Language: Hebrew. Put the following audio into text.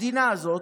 המדינה הזאת,